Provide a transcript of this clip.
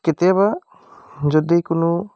কেতিয়াবা যদি কোনো